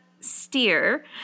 Steer